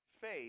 faith